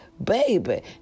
baby